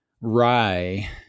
rye